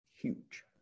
Huge